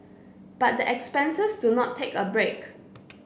but the expenses do not take a break